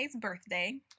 birthday